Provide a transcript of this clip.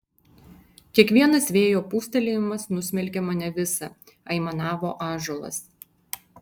kiekvienas vėjo pūstelėjimas nusmelkia mane visą aimanavo ąžuolas